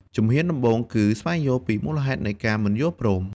ជំហានដំបូងគឺ ស្វែងយល់ពីមូលហេតុនៃការមិនយល់ព្រម។